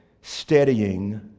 steadying